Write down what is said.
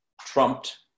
trumped